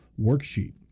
worksheet